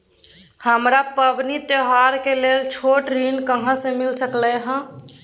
हमरा पबनी तिहार के लेल छोट ऋण कहाँ से मिल सकलय हन?